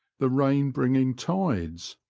the rain-bringing tides,